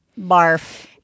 Barf